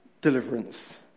deliverance